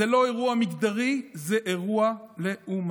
זה לא אירוע מגדרי, זה אירוע לאומני.